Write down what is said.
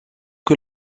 que